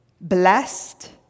Blessed